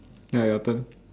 ya your turn